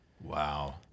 Wow